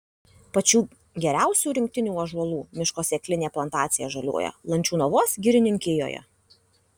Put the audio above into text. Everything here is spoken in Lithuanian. pačių geriausių rinktinių ąžuolų miško sėklinė plantacija žaliuoja lančiūnavos girininkijoje